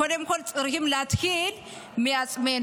קודם כול צריכים להתחיל מעצמנו.